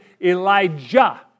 Elijah